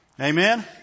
Amen